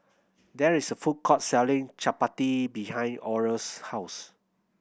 there is a food court selling chappati behind Oral's house